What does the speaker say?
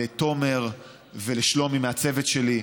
לתומר ולשלומי מהצוות שלי.